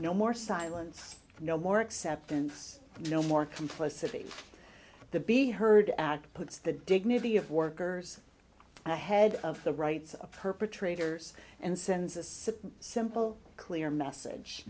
no more silence no more acceptance no more complicity the be heard act puts the dignity of workers ahead of the rights of perpetrators and sends a sip simple clear message